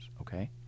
okay